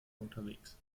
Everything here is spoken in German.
unterwegs